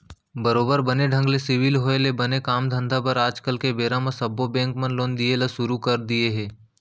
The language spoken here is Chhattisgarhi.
बरोबर बने ढंग के सिविल होय ले बने काम धंधा बर आज के बेरा म सब्बो बेंक मन लोन दिये ल सुरू कर दिये हें